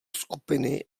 skupiny